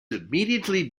immediately